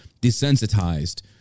desensitized